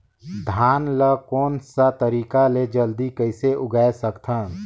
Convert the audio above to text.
धान ला कोन सा तरीका ले जल्दी कइसे उगाय सकथन?